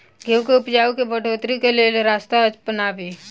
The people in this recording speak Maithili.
गेंहूँ केँ उपजाउ केँ बढ़ोतरी केँ लेल केँ रास्ता अपनाबी?